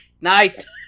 Nice